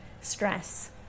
stress